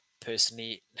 Personally